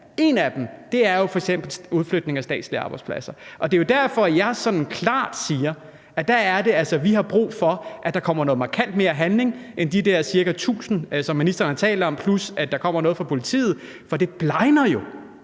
et af dem er jo f.eks. udflytning af statslige arbejdspladser. Det er derfor, at jeg sådan klart siger, at det altså er der, vi har brug for, at der kommer markant mere handling end de der cirka 1.000, som ministeren har talt om, plus at der kommer noget i forhold til politiet. For det blegner jo